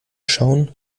schauen